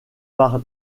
par